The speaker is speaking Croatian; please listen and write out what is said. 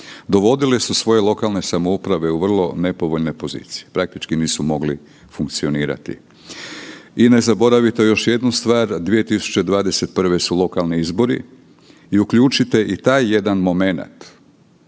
dovodili su svoje lokalne samouprave u vrlo nepovoljne pozicije, praktički nisu mogli funkcionirati. I ne zaboravite još jednu stvar, 2021. su lokalnih izbori i uključite i taj jedan momenat,